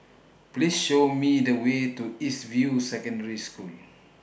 Please Show Me The Way to East View Secondary School